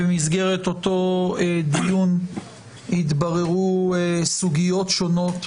במסגרת אותו דיון, התבררו סוגיות שונות,